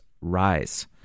rise